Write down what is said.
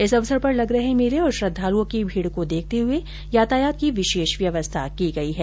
इस अवसर पर लग रहे मेले और श्रद्धालुओं की भीड को देखते हुए यातायात की विशेष व्यवस्था की गई है